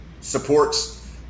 supports